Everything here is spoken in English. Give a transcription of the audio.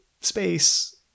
space